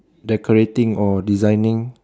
decorating or designing